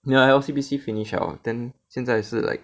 nah O_C_B_C finish 了 then 现在是 like